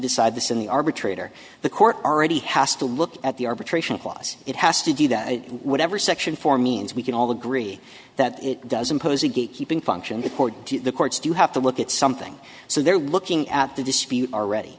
decide this in the arbitrator the court already has to look at the arbitration clause it has to do that whatever section four means we can all agree that it doesn't pose a gate keeping function before the courts do have to look at something so they're looking at the dispute already